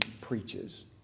preaches